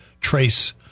trace